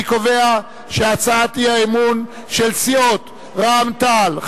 אני קובע שהצעת אי-האמון של סיעות רע"ם-תע"ל,